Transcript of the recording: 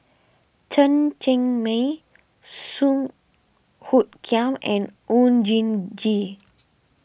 Chen Cheng Mei Song Hoot Kiam and Oon Jin Gee